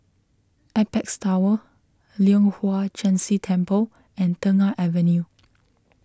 Apex Tower Leong Hwa Chan Si Temple and Tengah Avenue